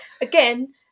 Again